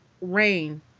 Rain